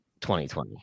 2020